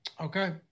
Okay